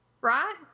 right